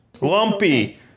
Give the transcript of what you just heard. Lumpy